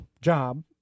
job